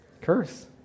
curse